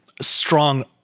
strong